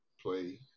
play